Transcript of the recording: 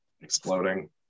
exploding